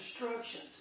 instructions